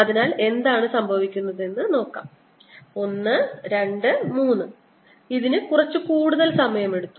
അതിനാൽ എന്താണ് സംഭവിക്കുന്നതെന്ന് നമുക്ക് നോക്കാം 1 2 3 ഇതിന് കുറച്ച് കൂടുതൽ സമയമെടുത്തു